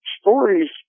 stories